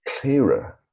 clearer